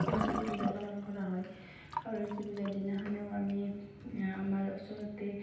সৰস্বতী পূজা পালন কৰা হয় সৰস্বতী পূজাৰ দিনাখনো আমি আমাৰ ওচৰতে